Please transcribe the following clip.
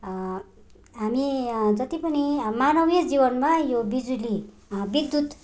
हामी जति पनि मानवीय जीवनमा यो बिजुली विद्युत